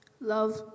Love